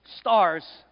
stars